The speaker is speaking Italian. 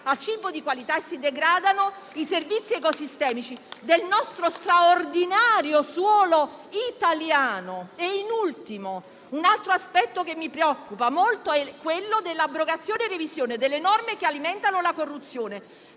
a cibo di qualità e si degradano i servizi ecosistemici del nostro straordinario suolo italiano. Da ultimo, un altro aspetto che mi preoccupa molto è quello della abrogazione e revisione delle norme che alimentano la corruzione.